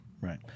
right